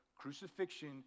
Crucifixion